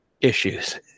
issues